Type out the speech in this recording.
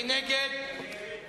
סעיף 18,